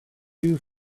two